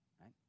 right